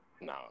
No